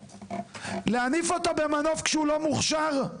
להניף אותו במנוף כשהוא לא מוכשר.